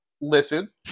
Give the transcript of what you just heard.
Listen